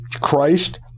Christ